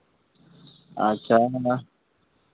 ᱟᱪᱪᱷᱟ ᱦᱮᱸ ᱢᱟ